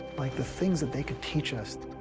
like, the things that they could teach us